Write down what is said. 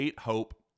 Hope